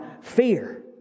fear